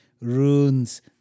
Runes